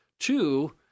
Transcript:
Two